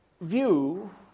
view